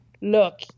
look